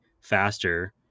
faster